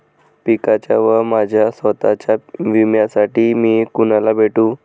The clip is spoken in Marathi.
पिकाच्या व माझ्या स्वत:च्या विम्यासाठी मी कुणाला भेटू?